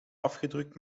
afgedrukt